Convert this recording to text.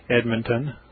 Edmonton